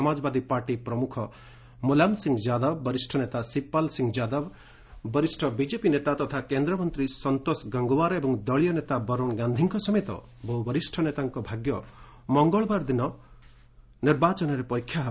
Samajwadi Party ପ୍ରମୁଖ ମୁଲାୟମ୍ ସିଂ ଯାଦବ ବରିଷ୍ଠ ନେତା ଶିବପାଲ୍ ସିଂ ଯାଦବ ବରିଷ୍ଠ ବିଜେପି ନେତା ତଥା କେନ୍ଦ୍ରମନ୍ତୀ ସନ୍ତୋଷ ଗଙ୍ଗ୍ୱାର୍ ଏବଂ ଦଳୀୟ ନେତା ବରୁଣ ଗାନ୍ଧିଙ୍କ ସମେତ ବହୁ ବରିଷ୍ଣ ନେତାଙ୍କ ଭାଗ୍ୟ ମଙ୍ଗଳବାର ଦିନ ନିର୍ବାଚନରେ ପରୀକ୍ଷା ହେବ